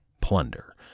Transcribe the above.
plunder